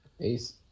Peace